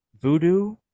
voodoo